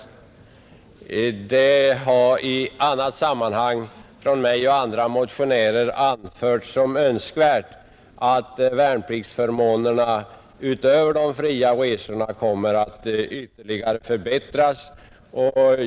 Det har i annat sammanhang, av mig och andra motionärer, anförts som önskvärt att värnpliktsförmånerna utöver de fria resorna kommer att ytterligare förbättras.